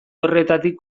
horretatik